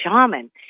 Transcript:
shaman